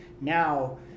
Now